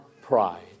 pride